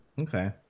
Okay